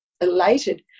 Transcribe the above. elated